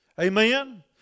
Amen